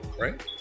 right